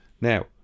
Now